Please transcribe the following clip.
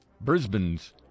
Brisbane's